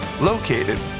located